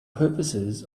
purposes